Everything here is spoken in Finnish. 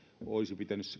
olisi pitänyt